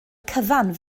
cyfan